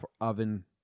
oven